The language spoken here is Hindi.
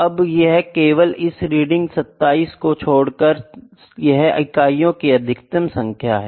अब यह केवल इस रीडिंग 27 को छोड़कर है यह इकाइयों की अधिकतम संख्या है